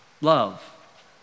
Love